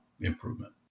improvement